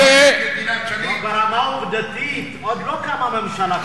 ברמה העובדתית עוד לא קמה ממשלה,